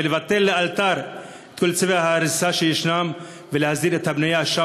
לבטל לאלתר את כל צווי ההריסה שישנם ולהסדיר שם את הבנייה,